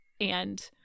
and-